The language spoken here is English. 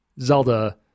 Zelda